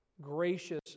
gracious